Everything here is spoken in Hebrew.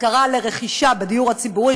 מהשכרה לרכישה בדיור הציבורי,